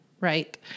right